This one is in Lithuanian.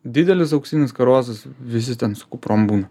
didelis auksinis karosas visi ten su kuprom būna